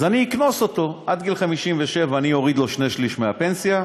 אז אני אקנוס אותו: עד גיל 57 אני אוריד לו שני-שלישים מהפנסיה,